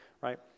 right